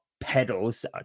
pedals